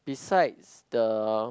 besides the